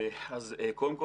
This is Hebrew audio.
אז קודם כול,